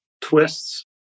twists